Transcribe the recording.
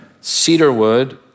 Cedarwood